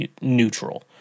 neutral